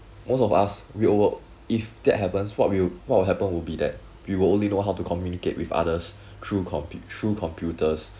most of us will work if that happens what will what will happen would be that we will only know how to communicate with others through compu~ through computers